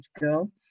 girl